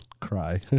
Cry